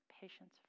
patience